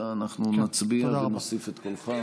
אלא אנחנו נצביע ונוסיף את קולך.